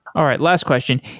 all right, last question.